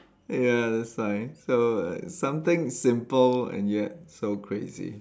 ya that's why so something simple and yet so crazy